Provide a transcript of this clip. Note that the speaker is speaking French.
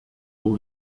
aux